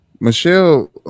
Michelle